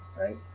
right